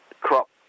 crop